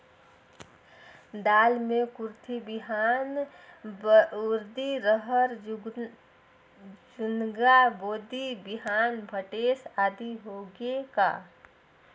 दाल मे कुरथी बिहान, उरीद, रहर, झुनगा, बोदी बिहान भटेस आदि होगे का?